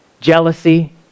Jealousy